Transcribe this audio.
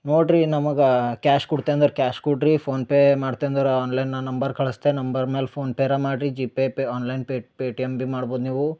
ನೋಡ್ರಿ ನಮಗೆ ಕ್ಯಾಶ್ ಕುಡ್ತೆ ಅಂದರ ಕ್ಯಾಶ್ ಕುಡ್ರಿ ಫೋನ್ ಪೇ ಮಾಡ್ತೆ ಅಂದರಾ ಆನ್ಲೈನ ನಂಬರ್ ಕಳ್ಸ್ತೆ ನಂಬರ್ ಮ್ಯಾಲ ಫೋನ್ ಪೇರ ಮಾಡ್ರಿ GPay pay online Paytm ಮಾಡ್ಬೌದ ನೀವು